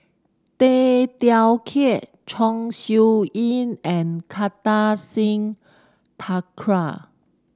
Tay Teow Kiat Chong Siew Ying and Kartar Singh Thakral